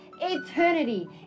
eternity